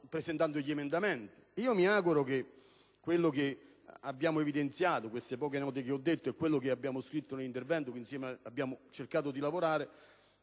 presentando gli emendamenti. Mi auguro che su quello che abbiamo evidenziato, su queste poche parole che ho detto e su quello che abbiamo scritto nell'intervento e su cui insieme abbiamo cercato di lavorare